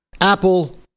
Apple